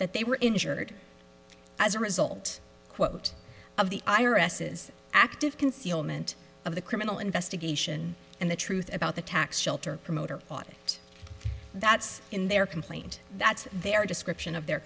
that they were injured as a result quote of the irises active concealment of the criminal investigation and the truth about the tax shelter promoter bought it that's in their complaint that's their description of their